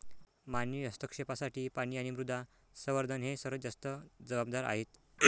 मानवी हस्तक्षेपासाठी पाणी आणि मृदा संवर्धन हे सर्वात जास्त जबाबदार आहेत